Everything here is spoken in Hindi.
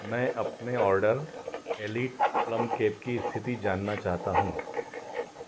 मैं अपने ऑर्डर एलीट प्लम केक की स्थिति जानना चाहता हूँ